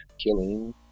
killing